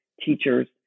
teachers